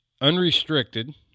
unrestricted